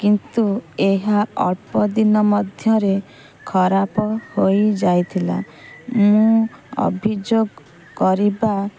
କିନ୍ତୁ ଏହା ଅଳ୍ପ ଦିନ ମଧ୍ୟରେ ଖରାପ ହୋଇ ଯାଇଥିଲା ମୁଁ ଅଭିଯୋଗ କରିବା